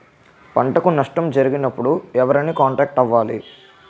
పంటకు నష్టం జరిగినప్పుడు ఎవరిని కాంటాక్ట్ అవ్వాలి?